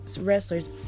wrestlers